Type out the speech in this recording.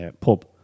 Pub